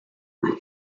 they